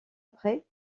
après